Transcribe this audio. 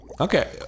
Okay